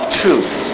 truth